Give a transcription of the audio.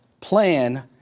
plan